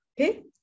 Okay